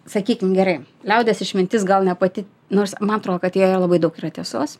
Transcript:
sakykim gerai liaudies išmintis gal ne pati nors ma tro kad joje labai daug yra tiesos